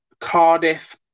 Cardiff